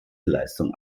leistung